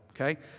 okay